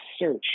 search